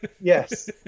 Yes